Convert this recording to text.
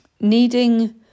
Needing